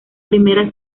primera